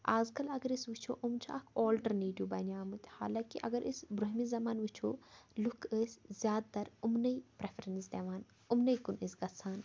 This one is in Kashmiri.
آز کَل اَگر أسۍ وٕچھو یِم چھِ اَکھ آلٹَرنیٹِو بَنے مٕتۍ حالانٛکہِ اَگَر أسۍ برٛونٛہمہِ زَمانہٕ وٕچھو لُکھ ٲسۍ زیادٕ تَر یِمنٕے پرٛفرٮ۪نٕس دِوان یِمنٕے کُن ٲسۍ گژھان